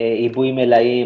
עיבוי מלאים,